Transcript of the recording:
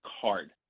card